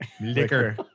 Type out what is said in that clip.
liquor